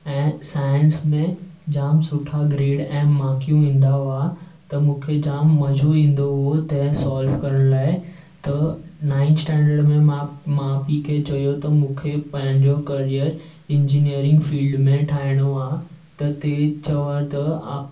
ऐं साइंस में जाम सुठा ग्रेड ऐं मार्कियूं ईंदा हुआ त मूंखे जाम मज़ो ईंदो हुओ तंहिं सॉल्व करण लाइ त नाईंथ स्टैंडड में मां माउ पीउ खे चयो त मूंखे पंहिंजो करियर इंजीनियरिंग फील्ड में ठाहिणो आहे त ते चवां त आ